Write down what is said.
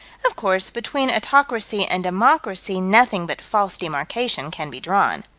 of course between autocracy and democracy nothing but false demarcation can be drawn.